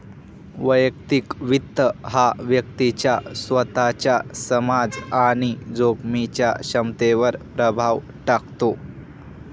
वैयक्तिक वित्त हा व्यक्तीच्या स्वतःच्या समज आणि जोखमीच्या क्षमतेवर प्रभाव टाकतो